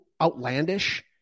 outlandish